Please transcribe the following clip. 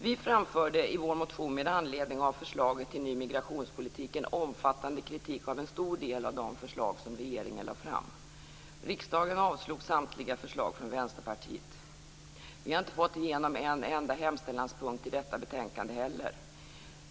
Vi framförde i vår motion med anledning av förslaget till ny migrationspolitik en omfattande kritik av en stor del av de förslag som regeringen lade fram. Vi har inte fått igenom en enda hemställanspunkt i detta betänkande heller.